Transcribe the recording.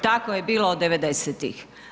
Tako je bilo od 90-tih.